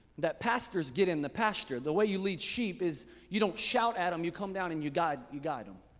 that pastors get in the pasture. the way you lead sheep is you don't shout at them, um you come down and you guide you guide them.